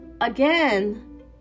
again